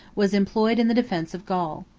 was employed in the defence of gaul.